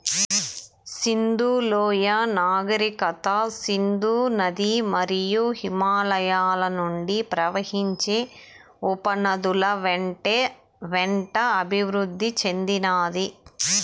సింధు లోయ నాగరికత సింధు నది మరియు హిమాలయాల నుండి ప్రవహించే ఉపనదుల వెంట అభివృద్ది చెందినాది